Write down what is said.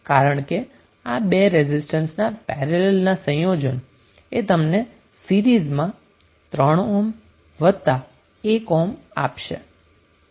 કારણ કે આ બે રેઝિસ્ટન્સના પેરેલલના સંયોજન એ તમને સીરીઝમાં 3 ઓહ્મ વત્તા 1 ઓહ્મ આપશે